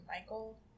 Michael